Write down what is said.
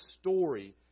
story